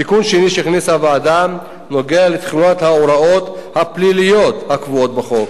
תיקון שני שהכניסה הוועדה נוגע לתחולת ההוראות הפליליות הקבועות בחוק.